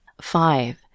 Five